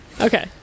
Okay